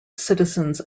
citizens